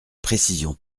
précision